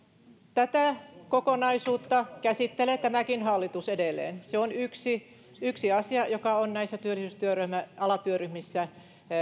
tätä kokonaisuutta käsittelee tämäkin hallitus edelleen se on yksi yksi asia joka on näissä työllisyystyöryhmän alatyöryhmissä